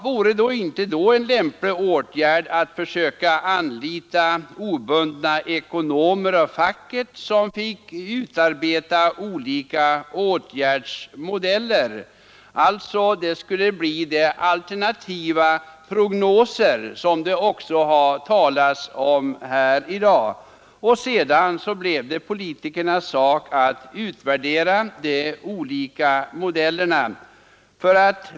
Vore det inte då lämpligt att försöka anlita obundna ekonomer av facket som fick utarbeta olika åtgärdsmodeller? Det skulle alltså bli de alternativa prognoser som det också har talats om här i dag, och sedan vore det politikernas sak att utvärdera de olika modellerna.